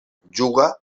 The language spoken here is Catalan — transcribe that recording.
juga